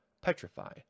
Petrify